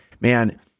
Man